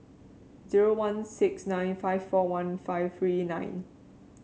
zero one six nine five four one five three nine